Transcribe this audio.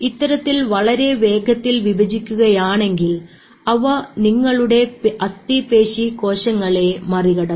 ഇത്തരത്തിൽ വളരെ വേഗത്തിൽ വിഭജിക്കുകയാണെങ്കിൽ അവ നിങ്ങളുടെ അസ്ഥിപേശി കോശങ്ങളെ മറികടക്കും